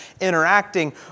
interacting